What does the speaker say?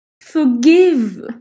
forgive